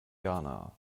ghana